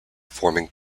forming